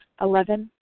Eleven